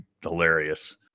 hilarious